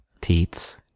teats